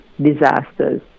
disasters